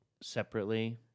Separately